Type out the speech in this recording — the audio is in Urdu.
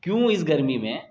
کیوں اس گرمی میں